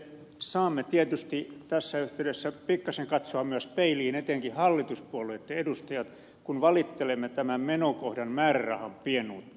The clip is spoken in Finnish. saamme tietysti tässä yhteydessä pikkasen katsoa myös peiliin etenkin hallituspuolueitten edustajat kun valittelemme tämän menokohdan määrärahan pienuutta